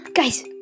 Guys